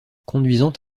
conduisant